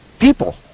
people